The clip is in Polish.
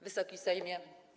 Wysoki Sejmie!